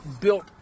built